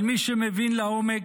אבל מי שמבין לעומק,